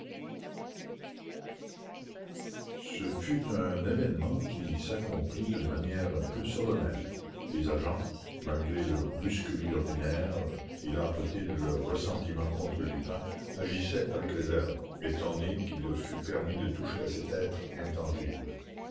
ce fut un événement qui s'accomplit d'une manière un peu solennelle les agents malgré leur brusquerie ordinaire et l'âpreté de leur ressentiment contre lupin agissaient avec réserve étonnés qu'il leur fût permis de toucher à cet être intangible